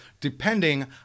depending